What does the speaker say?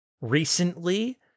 recently